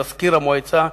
למזכיר המועצה,